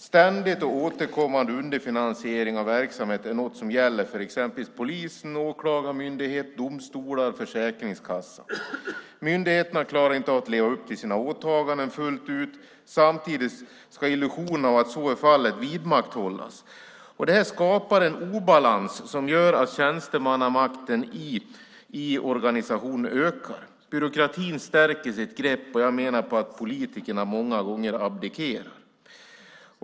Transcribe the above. Ständig och återkommande underfinansiering av verksamhet är något som gäller för exempelvis polis, åklagarmyndighet, domstolar och försäkringskassa. Myndigheterna klarar inte att leva upp till sina åtaganden fullt ut. Samtidigt ska illusionen att så är fallet vidmakthållas. Det skapar en obalans som gör att tjänstemannamakten i organisationen ökar. Byråkratin stärker sitt grepp, och jag menar att politikerna många gånger abdikerar.